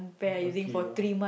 lucky ah